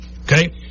Okay